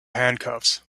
handcuffs